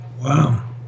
Wow